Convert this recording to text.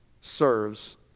serves